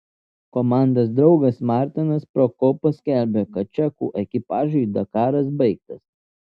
komandos draugas martinas prokopas skelbia kad čekų ekipažui dakaras baigtas